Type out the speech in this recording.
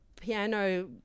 piano